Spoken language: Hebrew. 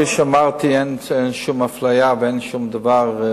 שאמרתי, לגבי התרופה, אין שום אפליה ואין שום דבר.